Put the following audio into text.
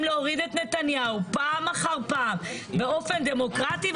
להוריד את נתניהו פעם אחר פעם באופן דמוקרטי,